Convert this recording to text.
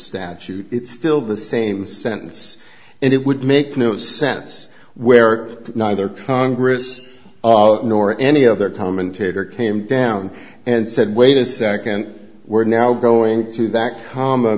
statute it's still the same sentence and it would make no sense where neither congress nor any other commentator came down and said wait a second we're now going to that